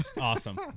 Awesome